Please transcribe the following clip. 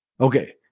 okay